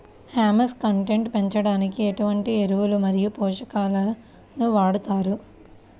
Humus content పెంచడానికి ఎటువంటి ఎరువులు మరియు పోషకాలను వాడతారు?